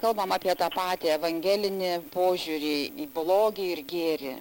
kalbam apie tą patį evangelinį požiūrį į blogį ir gėrį